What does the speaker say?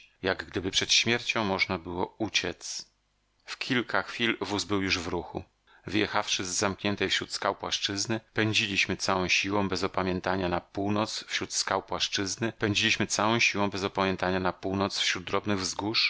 jak gdyby przed śmiercią można było uciec w kilka chwil wóz był już w ruchu wyjechawszy z zamkniętej wśród skał płaszczyzny pędziliśmy całą siłą bez opamiętania na północ wśród skał płaszczyzny pędziliśmy całą siłą bez opamiętania na północ wśród drobnych wzgórz